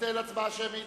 מבטל הצבעה שמית.